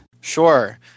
Sure